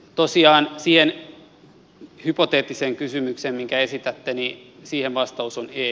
tosiaan siihen hypoteettiseen kysymykseen minkä esitätte vastaus on ei